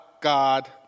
God